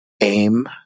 aim